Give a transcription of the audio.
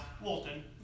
Walton